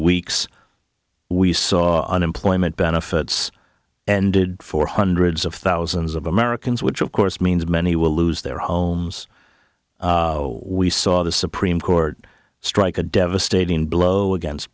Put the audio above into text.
weeks we saw unemployment benefits ended for hundreds of thousands of americans which of course means many will lose their homes we saw the supreme court strike a devastating blow against